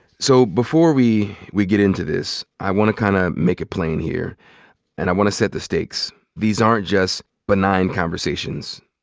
so before we we get into this, i want to kinda kind of make it plain here and i want to set the stakes. these aren't just benign conversations.